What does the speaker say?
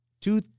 Two